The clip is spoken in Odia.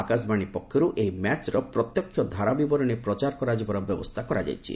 ଆକାଶବାଣୀ ପକ୍ଷର୍ ଏହି ମ୍ୟାଚର ପ୍ରତ୍ୟକ୍ଷ ଧାରା ବିବରଣୀ ପ୍ରଚାର କରାଯିବାର ବ୍ୟବସ୍ଥା ହୋଇଛି